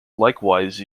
likewise